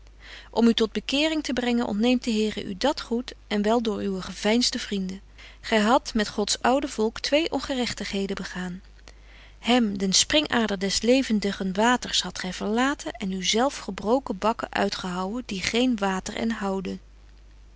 om u tot bekering te brengen ontneemt de here u dat goed en wel door uwe geveinsde vrienden gy hadt met gods oude volk twee ongerechtigheden begaan hem den springader des levendigen waters hadt gy verlaten en u zelf gebroken bakken uitgehouwen die geen betje wolff en